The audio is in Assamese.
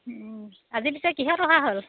আজি পিছে কিহত অহা হ'ল